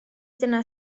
dyna